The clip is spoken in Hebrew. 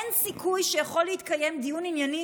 אין סיכוי שיכול להתקיים דיון ענייני,